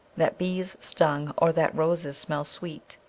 that bees stung or that roses smell sweet,